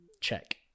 check